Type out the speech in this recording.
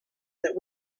that